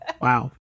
Wow